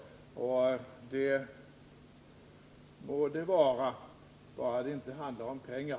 Det må vara så, bara det inte handlar om pengar.